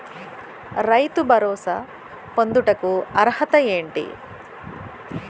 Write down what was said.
రైతు భరోసా పొందుటకు అర్హత ఏంటి?